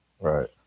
Right